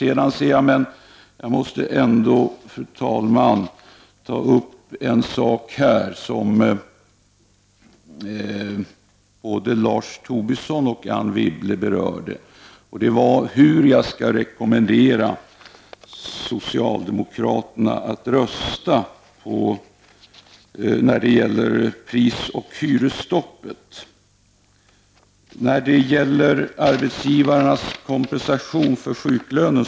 Men jag måste ändå nu, fru talman, ta upp en sak som både Lars Tobisson och Anne Wibble berörde, nämligen hur jag skall rekommendera socialdemokraterna att rösta när det gäller prisoch hyresstoppet. Anne Wibble tog upp frågan om arbetsgivarnas kompensation för sjuklöner.